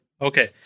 Okay